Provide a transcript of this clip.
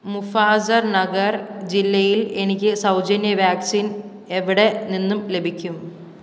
മുഫാസർ നഗർ ജില്ലയിൽ എനിക്ക് സൗജന്യ വാക്സിൻ എവിടെ നിന്നും ലഭിക്കും